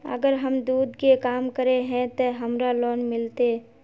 अगर हम दूध के काम करे है ते हमरा लोन मिलते?